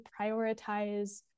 prioritize